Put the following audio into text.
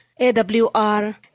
AWR